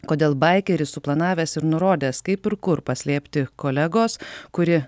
kodėl baikeris suplanavęs ir nurodęs kaip ir kur paslėpti kolegos kuri